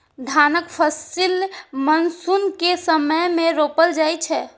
धानक फसिल मानसून के समय मे रोपल जाइ छै